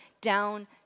down